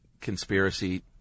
conspiracy